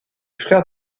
frères